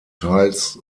teils